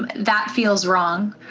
that feels wrong.